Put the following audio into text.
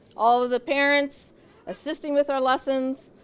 all of the parents assisting with our lessons,